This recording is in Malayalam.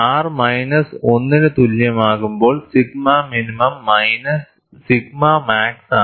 R മൈനസ് 1 ന് തുല്യമാകുമ്പോൾ സിഗ്മ മിനിമം മൈനസ് സിഗ്മ മാക്സാണ്